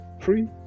three